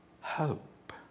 hope